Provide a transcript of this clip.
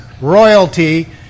royalty